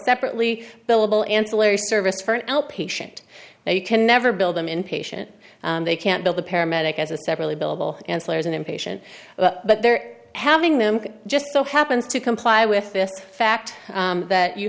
separately billable ancillary service for an outpatient you can never build them in patient they can't build a paramedic as a separately billable and slayer's an inpatient but they're having them just so happens to comply with this fact that you